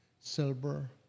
Silver